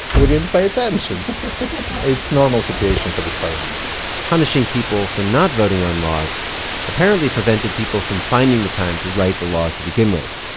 we didn't pay attention it's normal situation for this parliament punishing people for not voting on laws apparently prevented people from finding the time to write the laws to begin with.